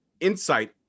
insight